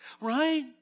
right